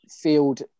Field